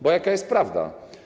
Bo jaka jest prawda?